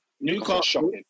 Newcastle